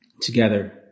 Together